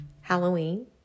Halloween